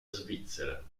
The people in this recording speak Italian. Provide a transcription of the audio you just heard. svizzera